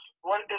one